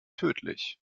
tödlich